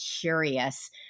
curious